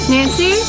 Nancy